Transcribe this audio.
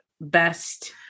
best